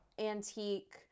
antique